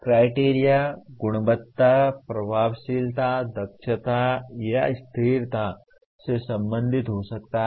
criteria गुणवत्ता प्रभावशीलता दक्षता या स्थिरता से संबंधित हो सकता है